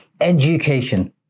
education